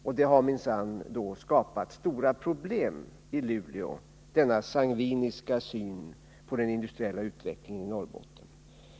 Och det har minsann skapat stora problem i Luleå — denna sangviniska syn på den industriella utvecklingen i Norrbotten.